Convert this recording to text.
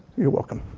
your welcome.